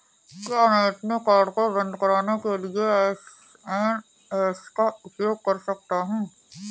क्या मैं अपने कार्ड को बंद कराने के लिए एस.एम.एस का उपयोग कर सकता हूँ?